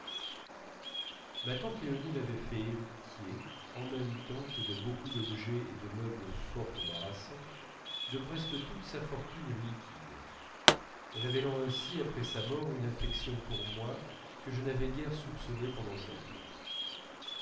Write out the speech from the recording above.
ma tante léonie m'avait fait héritier en même temps que de beaucoup d'objets et de meubles fort embarrassants de presque toute sa fortune liquide révélant ainsi après sa mort une affection pour moi que je n'avais guère soupçonnée pendant sa vie